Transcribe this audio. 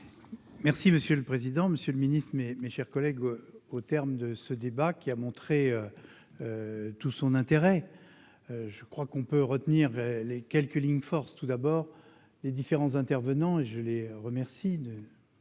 Monsieur le président, monsieur le ministre, mes chers collègues, au terme de ce débat, qui a montré tout son intérêt, je crois que l'on peut retenir quelques lignes de force. Tout d'abord, les différents intervenants, que je remercie